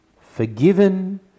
forgiven